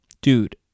Dude